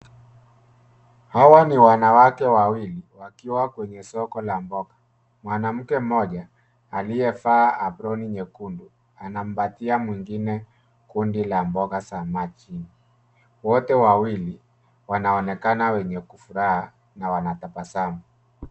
Hawa ni wanawake wawili wakiwa kwenye soko la mboga mwanamke mmoja aliyevaa aproni nyekundu anampatia mwingine kundi la mboga za majini wote wawili wanaonekana wenye furaha na wanatabasamu